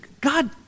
God